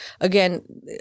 again